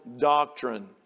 doctrine